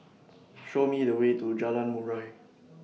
Show Me The Way to Jalan Murai